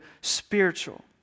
spiritual